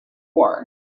war